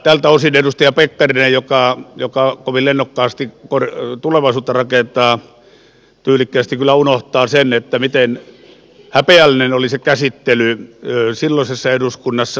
tältä osin edustaja pekkarinen joka kovin lennokkaasti tulevaisuutta rakentaa tyylikkäästi kyllä unohtaa sen miten häpeällinen oli se käsittely silloisessa eduskunnassa